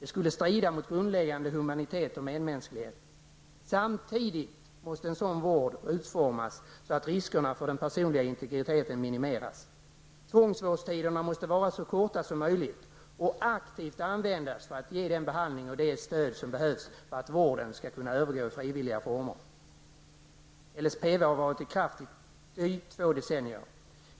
Det skulle strida mot grundläggande humanitet och medmänsklighet. Samtidigt måste en sådan vård utformas så att riskerna för den personliga integriteten minimeras. Tvångsvårdstiderna skall vara så korta som möjligt och aktivt användas för att ge den behandling och det stöd som behövs för att vården skall kunna övergå i frivilliga former. LSPV har varit i kraft i drygt två decennier.